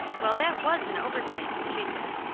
well, that was an oversight she said,